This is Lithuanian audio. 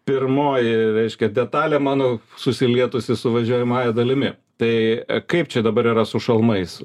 pirmoji reiškia detalė mano susilietusi su važiuojamąja dalimi tai kaip čia dabar yra su šalmais